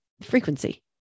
frequency